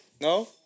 No